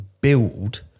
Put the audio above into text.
build